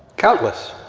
countless.